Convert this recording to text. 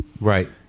right